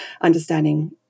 understanding